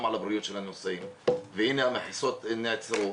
על הבריאות של הנוסעים והנה המחיצות שנעצרו.